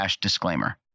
disclaimer